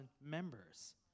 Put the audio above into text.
members